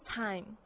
time